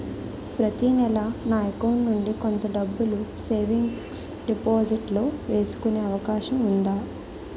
ప్రతి నెల నా అకౌంట్ నుండి కొంత డబ్బులు సేవింగ్స్ డెపోసిట్ లో వేసుకునే అవకాశం ఉందా?